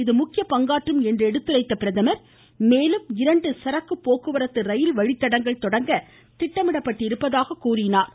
இது முக்கிய பங்காற்றும் என்று எடுத்துரைத்த அவர் மேலும் இரண்டு சரக்கு போக்குவரத்து வழித்தடங்கள் தொடங்க திட்டமிடப்பட்டிருப்பதாக கூறினார்